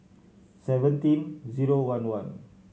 seventeen zero one one